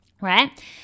right